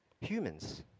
humans